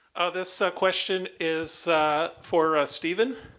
this so question is for steven.